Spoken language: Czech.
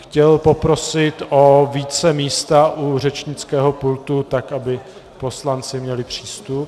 Chtěl bych poprosit o více místa u řečnického pultu, tak aby poslanci měli přístup.